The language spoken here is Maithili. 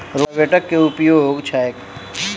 रोटावेटरक केँ उपयोग छैक?